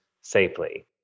safely